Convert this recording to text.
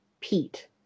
Pete